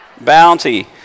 Bounty